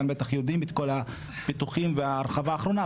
בטח יודעים את הפיתוחים וההרחבה האחרונה.